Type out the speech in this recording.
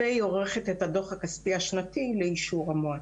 והיא עורכת את הדו"ח הכספי השנתי לאישור המועצה.